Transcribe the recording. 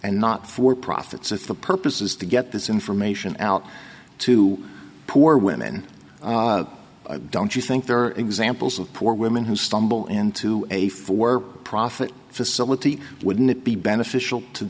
and not for profits if the purpose is to get this information out to poor women don't you think there are examples of poor women who stumble into a for profit facility wouldn't it be beneficial to